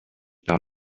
par